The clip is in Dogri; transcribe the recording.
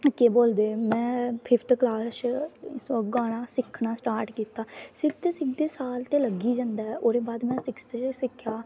केह् बोलदे में फिफ्थ कलास च गाना सिक्खना स्टार्ट कीता सिखदे सिखदे साल ते लग्गी गै जंदा ऐ ओह्दे बाद में सिक्स्थ च सिक्खेआ